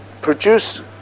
produce